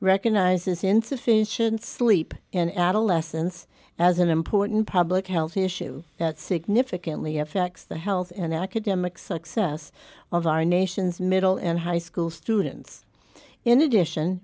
recognizes insufficient sleep and adolescence as an important public health issue that significantly affects the health and academic success of our nation's middle and high school students in addition